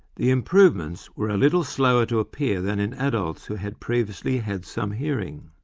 the improvements were a little slower to appear than in adults who had previously had some hearing.